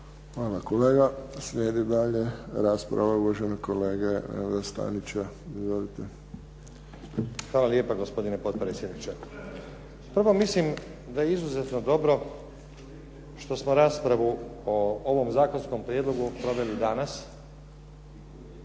Izvolite. **Stazić, Nenad (SDP)** Hvala lijepo gospodine potpredsjedniče. Prvo mislim da je izuzetno dobro što smo raspravu o ovom zakonskom prijedlogu proveli danas,